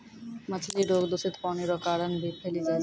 मछली रोग दूषित पानी रो कारण भी फैली जाय छै